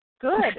Good